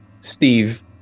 Steve